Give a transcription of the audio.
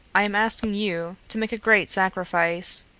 i am asking you to make a great sacrifice,